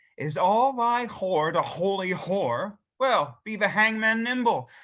is all thy hoard a holy whore? well, be the hangman nimble,